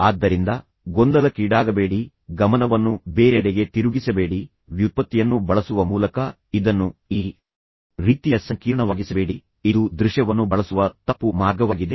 ಆದ್ದರಿಂದ ಗೊಂದಲಕ್ಕೀಡಾಗಬೇಡಿ ಗಮನವನ್ನು ಬೇರೆಡೆಗೆ ತಿರುಗಿಸಬೇಡಿ ವ್ಯುತ್ಪತ್ತಿಯನ್ನು ಬಳಸುವ ಮೂಲಕ ಇದನ್ನು ಈ ರೀತಿಯ ಸಂಕೀರ್ಣವಾಗಿಸಬೇಡಿ ಇದು ದೃಶ್ಯವನ್ನು ಬಳಸುವ ತಪ್ಪು ಮಾರ್ಗವಾಗಿದೆ